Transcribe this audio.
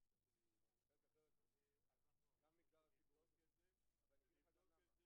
כמו כן הוא צריך להציג איזשהו אישור לימודים,